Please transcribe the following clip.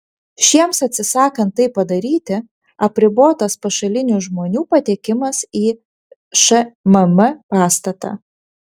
šiems atsisakant tai padaryti apribotas pašalinių žmonių patekimas į šmm pastatą